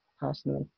personally